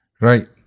Right